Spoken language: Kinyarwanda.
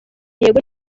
yego